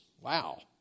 Wow